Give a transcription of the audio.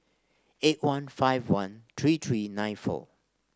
eight one five one three three nine four